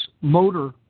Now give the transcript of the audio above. motor